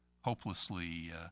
hopelessly